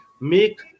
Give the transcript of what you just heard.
Make